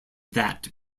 that